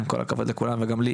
עם כל הכבוד לכולם וגם לי,